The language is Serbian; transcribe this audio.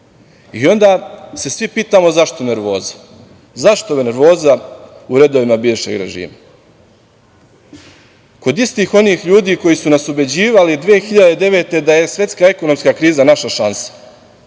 Onda se svi pitamo zašto nervoza? Zašto nervoza u redovima bivšeg režima, kod istih onih ljudi koji su nas ubeđivali 2009. godine da je svetska ekonomska kriza naša šansa,